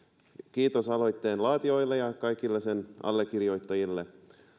kiitos aloitteen laatijoille ja kaikille sen allekirjoittajille